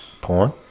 Porn